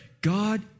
god